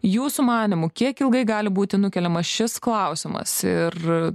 jūsų manymu kiek ilgai gali būti nukeliamas šis klausimas ir